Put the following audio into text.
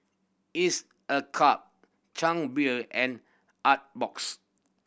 Each a Cup Chang Beer and Artbox